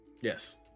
Yes